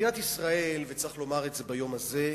מדינת ישראל, וצריך לומר את זה ביום הזה,